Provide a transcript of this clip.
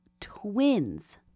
twins